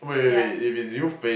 ya